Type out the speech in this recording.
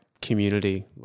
community